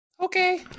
Okay